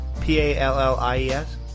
P-A-L-L-I-E-S